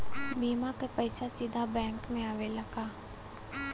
बीमा क पैसा सीधे बैंक में आवेला का?